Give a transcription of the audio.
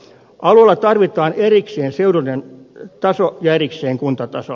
alueella tarvitaan erikseen seudullinen taso ja erikseen kuntataso